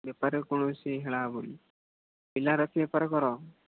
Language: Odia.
ବେପାରରେ କୌଣସି ହେଳା ହେବନି ପିଲା ରଖି ବେପାର କର